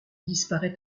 disparaît